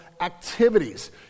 activities